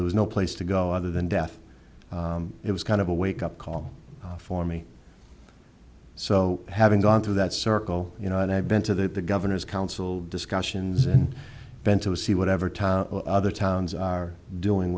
there was no place to go other than death it was kind of a wake up call for me so having gone through that circle you know i've been to the governors council discussions and event to see whatever town other towns are doing